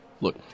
Look